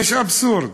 יש אבסורד,